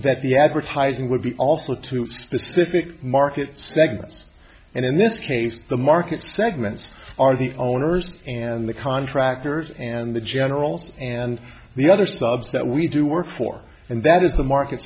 that the advertising would be also to specific market segments and in this case the market segments are the owners and the contractors and the generals and the other subs that we do work for and that is the market